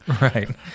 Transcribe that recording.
Right